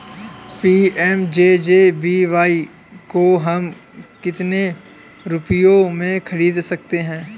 PMJJBY को हम कितने रुपयों में खरीद सकते हैं?